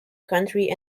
country